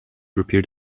repeat